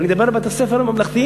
אני מדבר על בתי-הספר הממלכתיים,